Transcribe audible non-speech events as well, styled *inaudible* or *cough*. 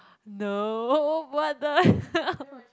no what the hell *laughs*